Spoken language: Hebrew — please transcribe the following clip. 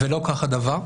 ולא כך הדבר.